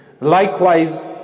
Likewise